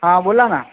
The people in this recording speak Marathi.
हां बोला ना